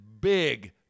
big